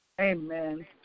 Amen